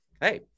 hey